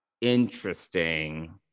interesting